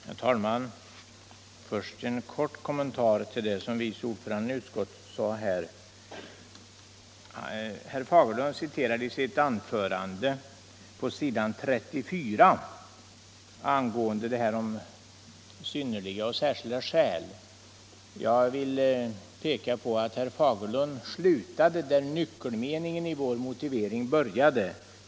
Herr talman! Till att börja med en kort kommentar till det vice ordföranden i utskottet sade. Herr Fagerlund citerade i sitt anförande det som står på s. 34 i betänkandet angående ”synnerliga” och ”särskilda” skäl. Jag vill peka på att herr Fagerlund slutade där nyckelmeningen i vår motivering börjar.